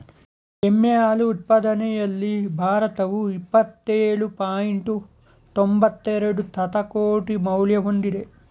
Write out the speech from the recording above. ಎಮ್ಮೆ ಹಾಲು ಉತ್ಪಾದನೆಯಲ್ಲಿ ಭಾರತವು ಇಪ್ಪತ್ತೇಳು ಪಾಯಿಂಟ್ ತೊಂಬತ್ತೆರೆಡು ಶತಕೋಟಿ ಮೌಲ್ಯ ಹೊಂದಿದೆ